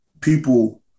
people